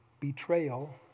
betrayal